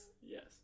Yes